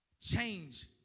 change